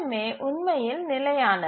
ஏ உண்மையில் நிலையானது